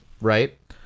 right